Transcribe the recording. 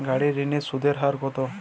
গাড়ির ঋণের সুদের হার কতো?